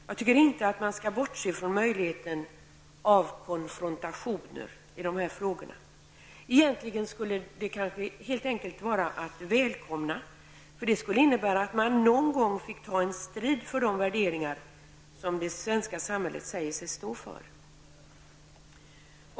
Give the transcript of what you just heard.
Jag tycker inte att vi skall bortse från möjligheten av konfrontationer i dessa frågor. Egentligen är sådana att välkomna. Det kan innebära att vi någon gång får ta en strid för de mänskliga värderingar som det svenska samhället säger sig stå för.